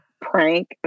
prank